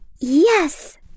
Yes